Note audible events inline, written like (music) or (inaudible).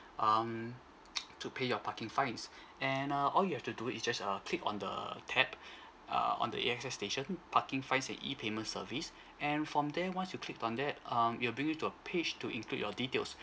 um (noise) to pay your parking fines and uh all you have to do is just uh click on the tab err on the A_X_S station parking fines and e payment service and from there once you click on that um it'll bring you to a page to include your details